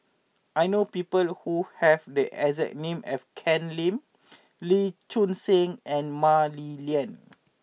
I know people who have the exact name as Ken Lim Lee Choon Seng and Mah Li Lian